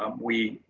um we,